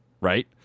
right